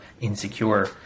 insecure